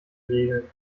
regeln